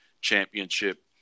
Championship